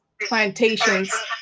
plantations